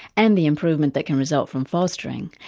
and the improvement that can result from fostering,